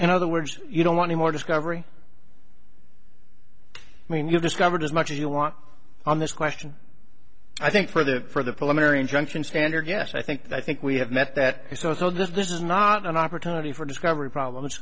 in other words you don't want more discovery i mean you've discovered as much as you want on this question i think for the for the preliminary injunction standard yes i think i think we have met that this is not an opportunity for discovery problems